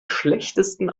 schlechtesten